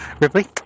Ripley